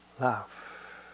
love